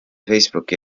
facebooki